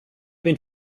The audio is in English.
been